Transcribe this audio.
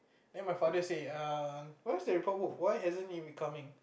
then my father say err where's the report book why hasn't it be coming